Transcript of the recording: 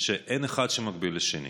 שאין אחד מקביל לשני.